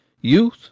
youth